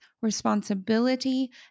responsibility